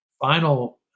final